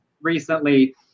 recently